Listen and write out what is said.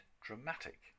dramatic